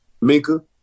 Minka